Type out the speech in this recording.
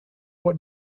what